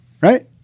right